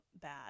bad